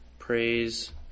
Praise